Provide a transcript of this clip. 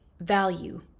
value